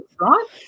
right